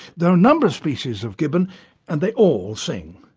there are a number of species of gibbon and they all sing.